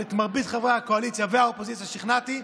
אבל את מרבית חברי הקואליציה והאופוזיציה שכנעתי.